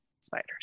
spiders